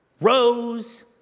rose